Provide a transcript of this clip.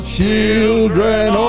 children